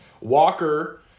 Walker